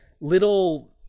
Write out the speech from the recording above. little